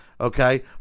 Okay